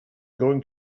going